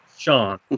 Sean